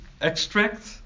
extract